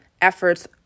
efforts